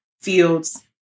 fields